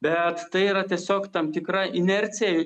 bet tai yra tiesiog tam tikra inercija